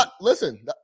Listen